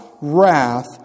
wrath